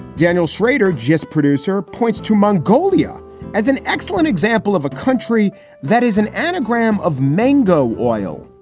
daniel shrader, just producer, points to mongolia as an excellent example of a country that is an anagram of mango oil.